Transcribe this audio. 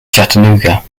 chattanooga